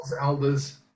elders